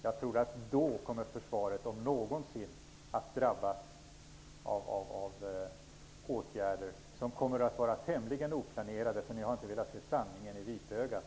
Jag tror att försvaret då, om någonsin, kommer att drabbas av åtgärder som kommer att vara tämligen oplanerade, för ni har inte velat se sanningen i vitögat.